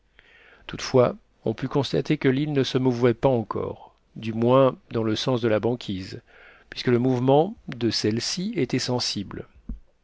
toutefois on put constater que l'île ne se mouvait pas encore du moins dans le sens de la banquise puisque le mouvement de celle-ci était sensible